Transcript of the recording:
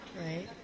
right